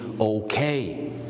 okay